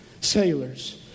sailors